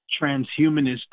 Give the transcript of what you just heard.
transhumanist